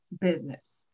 business